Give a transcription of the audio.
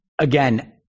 Again